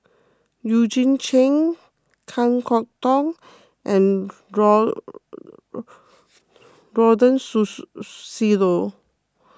Eugene Chen Kan Kwok Toh and